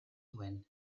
duen